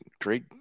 great